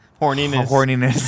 Horniness